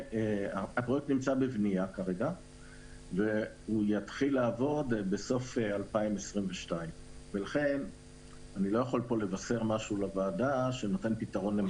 הפרויקט נמצא כרגע בבנייה והוא יתחיל לעבוד בסוף 2022. לכן אני לא יכול לבשר לוועדה משהו שנותן פתרון למחר.